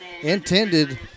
Intended